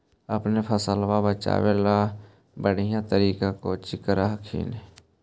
अपने फसलबा बचे ला बढ़िया तरीका कौची कर हखिन?